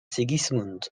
sigismund